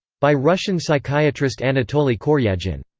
by russian psychiatrist anatoly koryagin.